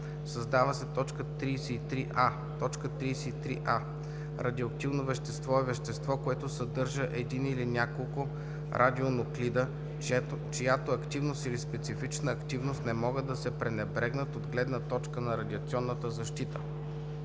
създава се т. 33а: „33а. „Радиоактивно вещество“ е вещество, което съдържа един или няколко радионуклида, чиято активност или специфична активност не могат да се пренебрегнат от гледна точка на радиационната защита.“;